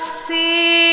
see